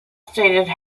stated